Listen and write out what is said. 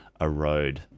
erode